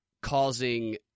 causing